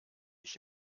ich